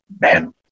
man